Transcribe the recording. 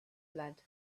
blood